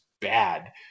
bad